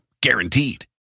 guaranteed